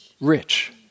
Rich